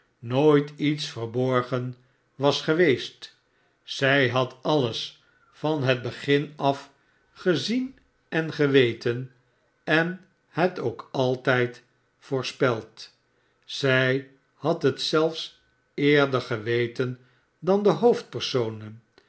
lets verborgen was geweest zij had alles van het begin af gezien en geweten en het k altijd voorspeld zij had het zelfs eerder geweten dan de hoofdpersonen